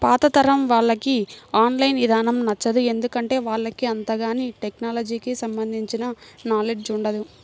పాతతరం వాళ్లకి online ఇదానం నచ్చదు, ఎందుకంటే వాళ్లకు అంతగాని టెక్నలజీకి సంబంధించిన నాలెడ్జ్ ఉండదు